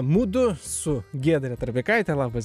mudu su giedre trapikaite labas